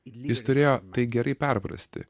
jis turėjo tai gerai perprasti